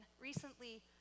recently